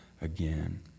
again